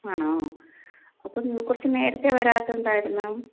ആണോ അപ്പം കുറച്ചു നേരത്തെ വരാത്തതെന്തായിരുന്നു